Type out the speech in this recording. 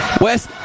West